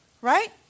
Right